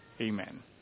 Amen